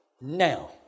Now